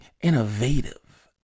innovative